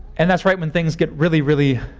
and that's right when things get really, really,